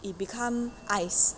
it become ice